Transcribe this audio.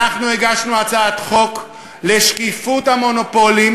אנחנו הגשנו הצעת חוק לשקיפות המונופולים,